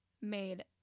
made